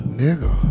nigga